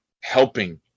helping